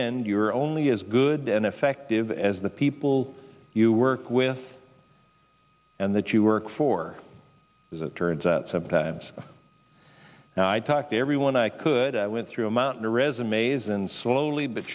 end you're only as good and effective as the people you work with and that you work for turns out sometimes i talk to everyone i could i went through a mountain of resumes and slowly but